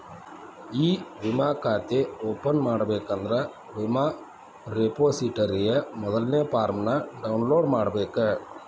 E ವಿಮಾ ಖಾತೆ open ಮಾಡಬೇಕಂದ್ರ ವಿಮಾ ರೆಪೊಸಿಟರಿಯ ಮೊದಲ್ನೇ ಫಾರ್ಮ್ನ ಡೌನ್ಲೋಡ್ ಮಾಡ್ಬೇಕ